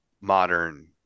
modern